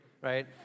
right